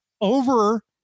over